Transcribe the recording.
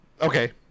Okay